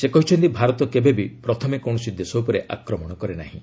ସେ କହିଛନ୍ତି ଭାରତ କେବେ ବି ପ୍ରଥମେ କୌଣସି ଦେଶ ଉପରେ ଆକ୍ରମଣ କରେ ନାହିଁ